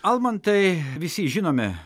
almantai visi žinome